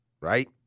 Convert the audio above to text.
right